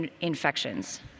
infections